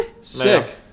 sick